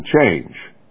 change